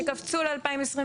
שקפצו ל-2021,